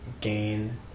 gain